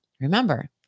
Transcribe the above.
Remember